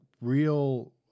real